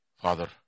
Father